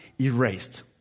erased